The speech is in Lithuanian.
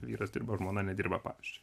vyras dirba žmona nedirba pavyzdžiui